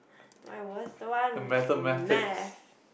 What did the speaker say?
my worst one is math